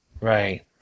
Right